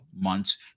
months